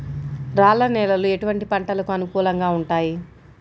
రాళ్ల నేలలు ఎటువంటి పంటలకు అనుకూలంగా ఉంటాయి?